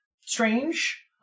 strange